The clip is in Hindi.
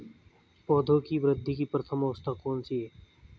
पौधों की वृद्धि की प्रथम अवस्था कौन सी है?